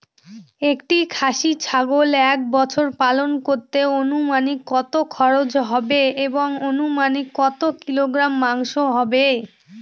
একটি খাসি ছাগল এক বছর পালন করতে অনুমানিক কত খরচ হবে এবং অনুমানিক কত কিলোগ্রাম মাংস হবে?